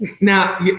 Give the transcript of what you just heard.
Now